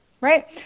right